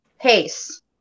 pace